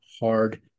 hard